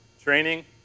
training